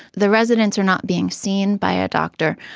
the residents are not being seen by a doctor.